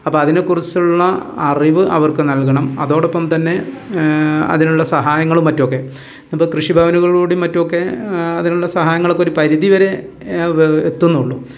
അപ്പം അതിനെക്കുറിച്ചുള്ള അറിവ് അവർക്ക് നൽകണം അതോടൊപ്പം തന്നെ അതിനുള്ള സഹായങ്ങൾ മറ്റൊക്കെ ഇപ്പം കൃഷി ഭവനുകളിലോടു കൂടി മറ്റുമൊക്കെ അതിനുള്ള സഹായങ്ങളൊക്കെ ഒരു പരിധി വരെ എത്തുന്നുള്ളൂ